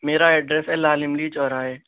میرا ایڈریس ہے لال املی چوراہے